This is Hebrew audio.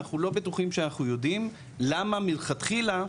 אנחנו לא בטוחים שאנחנו יודעים למה מלכתחילה,